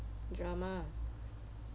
drama